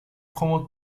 como